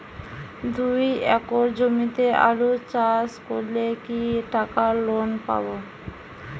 দুই একর জমিতে আলু চাষ করলে কি টাকা লোন পাবো?